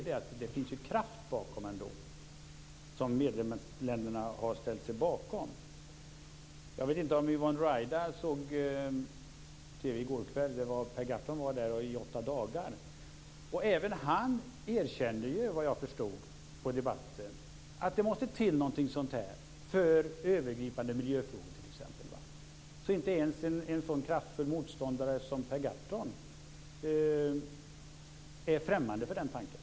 Det finns kraft bakom EU, eftersom medlemsländerna har ställt sig bakom det hela. Jag vet inte om Yvonne Ruwaida såg på TV i går kväll. Per Gahrton var med i 8 dagar, och även han erkände, vad jag förstod av debatten, att det måste till någonting sådant här för övergripande miljöfrågor t.ex. Inte ens en så kraftfull motståndare som Per Gahrton är alltså främmande för den tanken!